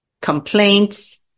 complaints